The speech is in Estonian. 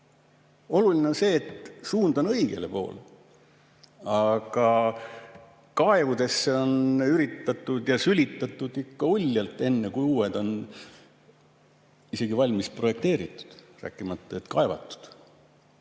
Oluline on see, et suund on õigele poole, aga kaevudesse on üritatud [sülitada] ja sülitatud ikka uljalt, enne kui uued on isegi valmis projekteeritud, rääkimata kaevamisest.